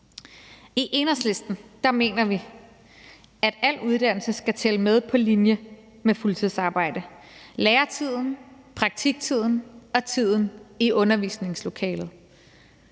I Enhedslisten mener vi, at al uddannelse skal tælle med på linje med fuldtidsarbejde: læretiden, praktiktiden og tiden i undervisningslokalet.